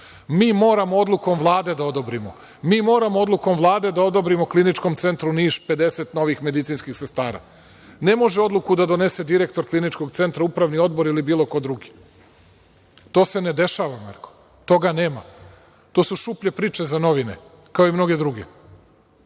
mi moramo odlukom Vlade da odobrimo. Mi moramo odlukom Vlade da odobrimo Kliničkom centru Niš 50 novih medicinskih sestara. Ne može odluku da donese direktor Kliničkog centra, upravni odbor ili bilo ko drugi. To se ne dešava Marko. Toga nema. To su šuplje priče za novine, kao i mnoge druge.